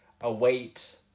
await